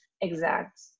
exact